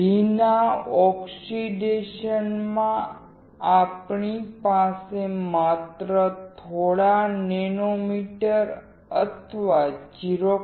ભીના ઓક્સિડેશન માં આપણી પાસે માત્ર થોડા નેનોમીટર અથવા 0